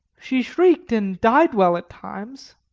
she shrieked and died well at times,